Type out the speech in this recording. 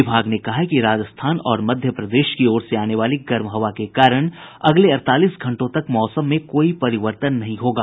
विभाग ने कहा है कि राजस्थान और मध्य प्रदेश की ओर से आने वाली गर्म हवा के कारण अगले अड़तालीस घंटों तक मौसम में कोई परिवर्तन नहीं होगा